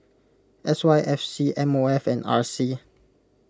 S Y F C M O F and R C